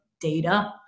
data